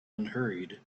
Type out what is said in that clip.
unhurried